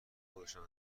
خودشان